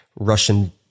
russian